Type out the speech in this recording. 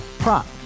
Prop